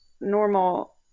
normal